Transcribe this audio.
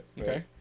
Okay